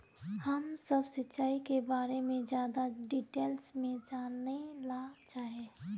हम सब सिंचाई के बारे में ज्यादा डिटेल्स में जाने ला चाहे?